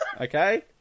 okay